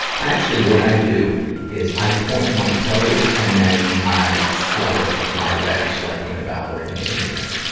i actually, what i do is i point my toes, and then i flutter my legs, like when a ballerina's in the air.